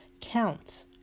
counts